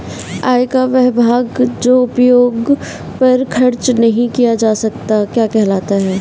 आय का वह भाग जो उपभोग पर खर्च नही किया जाता क्या कहलाता है?